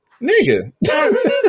nigga